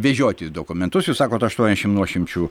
vežiotis dokumentus jūs sakot aštuoniasdešim nuošimčių